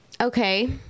Okay